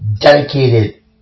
dedicated